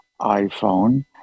iPhone